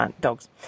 dogs